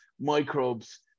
microbes